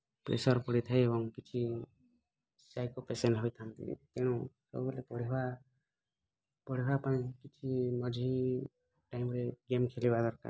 pressure ପଡ଼ି ଥାଏ ଏବଂ କିଛି ସାଇକୋ ପେସେଣ୍ଟ୍ ଭାବେଥାନ୍ତି ତେଣୁ ସବୁବେଳେ ପଢ଼ିବା ପଢ଼ିବା ପାଇଁ କିଛି ମଝି ଟାଇମ୍ରେ ଗେମ୍ ଖେଳିବା ଦରକାର